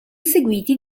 seguiti